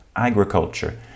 agriculture